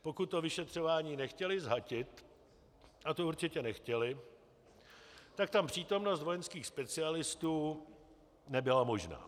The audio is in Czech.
Pokud to vyšetřování nechtěli zhatit, a to určitě nechtěli, tak tam přítomnost vojenských specialistů nebyla možná.